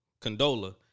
Condola